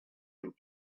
and